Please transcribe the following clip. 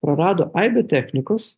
prarado aibę technikos